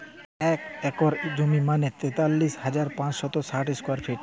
এক একর জমি মানে তেতাল্লিশ হাজার পাঁচশ ষাট স্কোয়ার ফিট